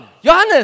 Johannes